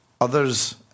others